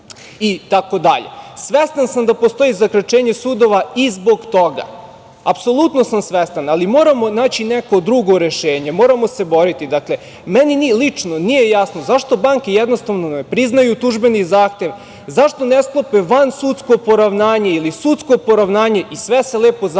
itd. Svestan sam da postoji zakrčenje sudova i zbog toga, apsolutno sam svestan, ali moramo naći neko drugo rešenje, moramo se boriti. Meni lično nije jasno zašto banke jednostavno ne priznaju tužbeni zahtev, zašto ne sklope vansudsko poravnanje ili sudsko poravnanje i sve se lepo završi